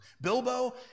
Bilbo